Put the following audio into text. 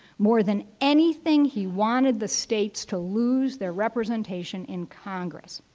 more than anything, he wanted the states to lose their representation in congress.